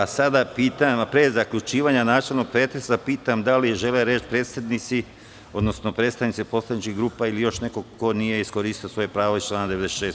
Sada pitam, pre zaključivanja načelnog pretresa, pitam da li žele predsednici, odnosno pretstavnici poslaničkih grupa ili još neko ko nije iskoristio svoje pravo iz člana 96.